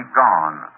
gone